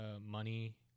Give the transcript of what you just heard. money